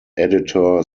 editor